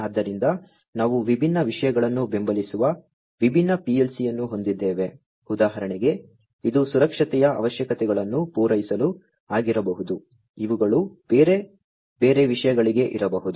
ಆದ್ದರಿಂದ ನಾವು ವಿಭಿನ್ನ ವಿಷಯಗಳನ್ನು ಬೆಂಬಲಿಸುವ ವಿಭಿನ್ನ PLC ಅನ್ನು ಹೊಂದಿದ್ದೇವೆ ಉದಾಹರಣೆಗೆ ಇದು ಸುರಕ್ಷತೆಯ ಅವಶ್ಯಕತೆಗಳನ್ನು ಪೂರೈಸಲು ಆಗಿರಬಹುದು ಇವುಗಳು ಬೇರೆ ಬೇರೆ ವಿಷಯಗಳಿಗೆ ಇರಬಹುದು